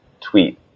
tweet